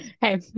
Hey